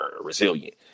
resilient